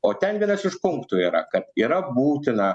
o ten vienas iš punktų yra kad yra būtina